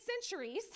centuries